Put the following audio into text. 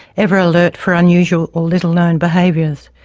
ever alert for unusual or little known behaviours.